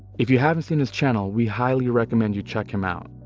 if you haven't seen his channel, we highly recommend you check him out!